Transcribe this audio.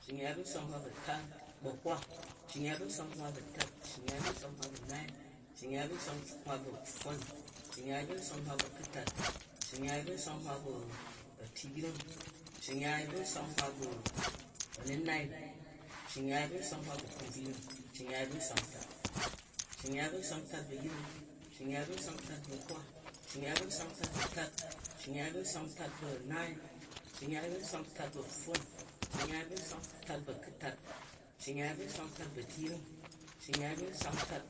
Cci-nyyai bu nswak nhwa bu a̱hwa, cci-nyyai bu nswak nhwa bu a̱tat, cci-nyyai bu nswak nhwa bu a̱naai, cci-nyyai bu nswak nhwa bu a̱pfon, cci-nyyai bu nswak nhwa bu a̱ku̱tat, cci-nyyai bu nswak nhwa bu a̱tu̱yring, cci-nyyai bu nswak nhwa bu a̱nu̱nai, cci-nyyai bu nswak nhwa bu a̱kumbvuyring, cci-nyya bu nswak ntat, cci-nyyai bu nswak ntat bu a̱yring, cci-nyyai bu nswak ntat bu a̱hwa, cci-nyyai bu nswak ntat bu a̱tat, cci-nyyai bu nswak ntat bu a̱naai, cci-nyyai bu nswak ntat bu a̱pfon, cci-nyyai bu nswak ntat bu a̱ku̱tat, cci-nyyai bu nswak ntat bu a̱tu̱yring, cci-nyyai bu nswak ntat